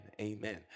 Amen